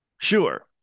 Sure